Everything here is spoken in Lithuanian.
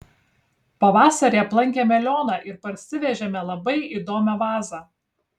pavasarį aplankėme lioną ir parsivežėme labai įdomią vazą